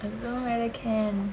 I don't know whether can